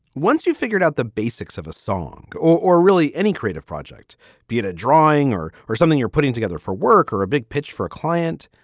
once you figured out the basics of a song or or really any creative project being a drawing or or something you're putting together for work or a big pitch for a client.